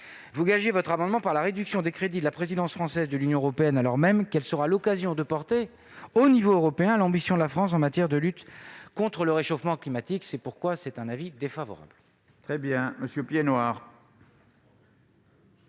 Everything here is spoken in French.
vous gagez votre amendement par la réduction des crédits de la présidence française de l'Union européenne, alors même que celle-ci sera l'occasion de porter au niveau européen l'ambition de la France en matière de lutte contre le réchauffement climatique. Avis défavorable.